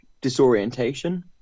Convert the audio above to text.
disorientation